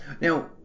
Now